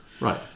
Right